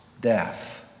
death